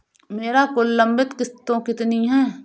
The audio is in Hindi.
मेरी कुल लंबित किश्तों कितनी हैं?